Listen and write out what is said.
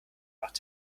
macht